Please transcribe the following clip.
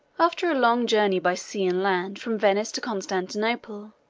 after a long journey by sea and land, from venice to constantinople,